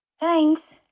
things.